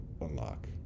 unlock